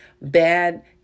bad